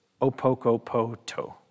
opokopoto